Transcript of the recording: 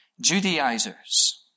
Judaizers